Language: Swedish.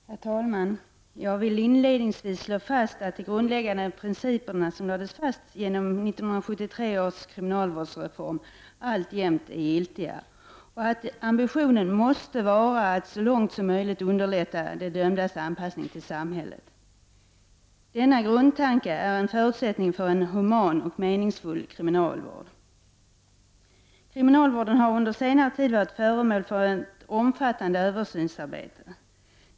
Herr talman! Jag vill inledningsvis slå fast att de grundläggande principer som lades fast genom 1973 års kriminalvårdsreform alltjämt är gällande och att amibitionen måste vara att så långt som möjligt underlätta de dömdas anpassning till samhället. Denna grundtanke är förutsättningen för en human och meningsfull kriminalvård. Kriminalvården har under senare tid varit föremål för ett omfattande översynsarbete.